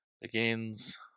begins